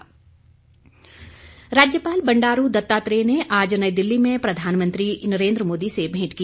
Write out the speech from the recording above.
राज्यपाल राज्यपाल बंडारू दत्तात्रेय ने आज नई दिल्ली में प्रधानमंत्री नरेंद्र मोदी से भेंट की